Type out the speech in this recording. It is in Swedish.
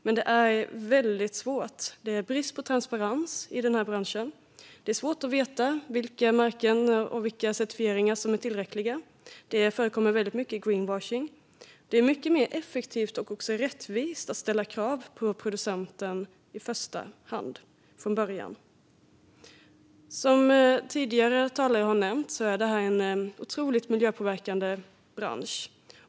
Men det är väldigt svårt. Det råder brist på transparens i denna bransch. Det är svårt att veta vilka märken och certifieringar som är tillräckliga. Det förekommer väldigt mycket greenwashing. Det är mycket mer effektivt och även rättvist att i första hand ställa krav på producenten, från början. Som tidigare talare har nämnt är detta en otroligt miljöpåverkande bransch.